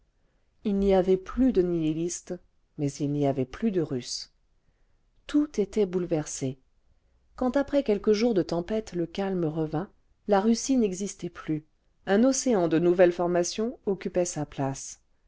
h n'y avait plus de nihilistes mais il n'y avait plus de russes tout était bouleversé quand après quelques jours de tempête le calme revint la russie n'existait plus uu océan de nouvelle formation occupait le vingtième siècle sa place